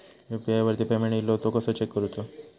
UPI वरती payment इलो तो कसो चेक करुचो?